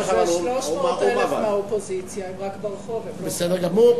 ו-300,000 מהאופוזיציה, הם רק ברחוב, בסדר גמור.